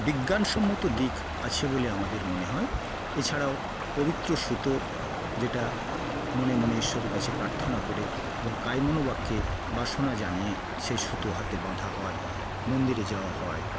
বিজ্ঞানসম্মত দিক আছে বলে আমাদের মনে হয় এছাড়াও পবিত্র সুতো যেটা মনে মনে ঈশ্বরের কাছে প্রার্থনা করে এবং কায়মনো বাক্যে বাসনা জানিয়ে সে সুতো হাতে বাঁধা হয় মন্দিরে যাওয়া হয়